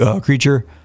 creature